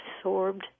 absorbed